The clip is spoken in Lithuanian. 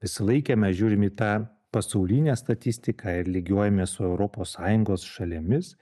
visą laiką mes žiūrim į tą pasaulinę statistiką ir lygiuojamės su europos sąjungos šalimis